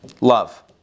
love